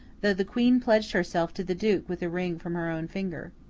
though the queen pledged herself to the duke with a ring from her own finger.